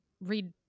read